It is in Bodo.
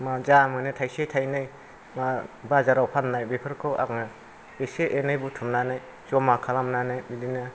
जा मोनो थाइसे थाइनै बा बाजाराव फाननाय बेफोरखौ आङो एसे एनै बुथुमनानै जमा खालामनानै बिदिनो